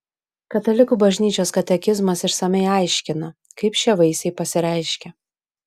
katalikų bažnyčios katekizmas išsamiai aiškina kaip šie vaisiai pasireiškia